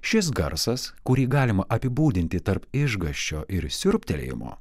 šis garsas kurį galima apibūdinti tarp išgąsčio ir siurbtelėjimo